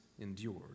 endured